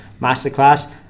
masterclass